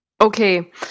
Okay